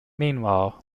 meanwhile